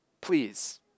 please